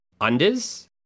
unders